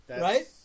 Right